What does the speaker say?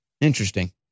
Interesting